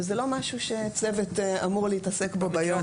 שזה לא משהו שצוות אמור להתעסק בו ביום יום.